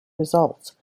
results